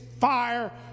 fire